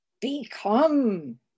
become